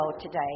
today